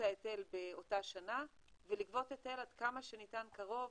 ההיטל באותה שנה ולגבות היטל עד כמה שניתן קרוב